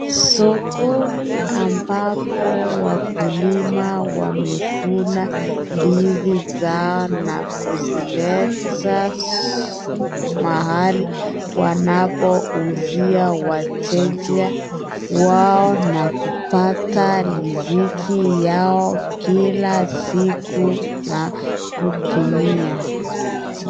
Sokoni ambapo wakulima wamevuna ndizi zao, na kuzileta mahali wanapouzia wateja wao na kupata riziki yao kila siku na kutumia.